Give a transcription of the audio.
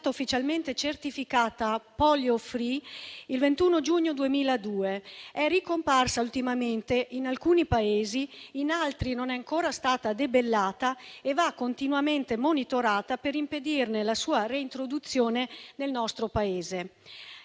ufficialmente certificata *polio-free* il 21 giugno 2002. Essa è ricomparsa ultimamente in alcuni Paesi, in altri non è ancora stata debellata e va continuamente monitorata per impedire la sua reintroduzione nel nostro Paese.